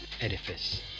edifice